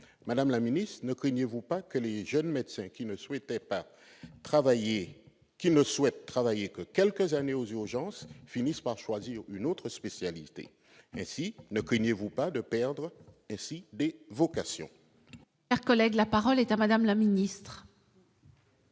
Madame la ministre, ne craignez-vous pas que les jeunes médecins qui souhaitent travailler seulement quelques années aux urgences ne finissent par choisir une autre spécialité ? Ne craignez-vous pas de perdre ainsi des vocations ?